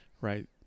right